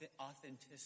authenticity